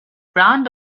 brand